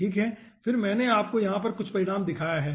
ठीक है फिर मैंने आपको यहाँ पर कुछ परिणाम दिखाया है